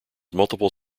multiple